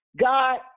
God